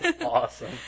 Awesome